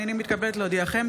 אני מתכבדת להודיעכם,